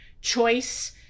choice